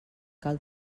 cal